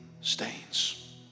stains